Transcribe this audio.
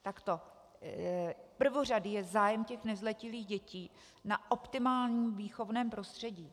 Takto: Prvořadý je zájem těch nezletilých dětí na optimálním výchovném prostředí.